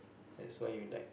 that's why you like